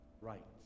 rights